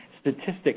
Statistics